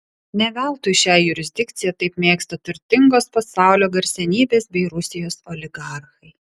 ne veltui šią jurisdikciją taip mėgsta turtingos pasaulio garsenybės bei rusijos oligarchai